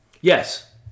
yes